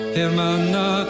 hermana